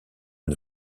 une